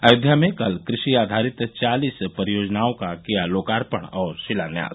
अयोध्या में कल कृषि आधारित चालीस परियोजनाओं का किया लोकार्पण और शिलान्यास